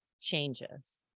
changes